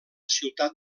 ciutat